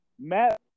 Matt